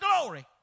glory